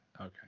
Okay